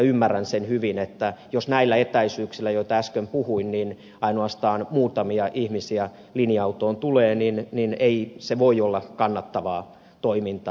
ymmärrän sen hyvin että jos näillä etäisyyksillä joista äsken puhuin ainoastaan muutamia ihmisiä linja autoon tulee niin ei se voi olla kannattavaa toimintaa